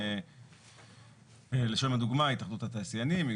לשם הדוגמה: התאחדות התעשיינים,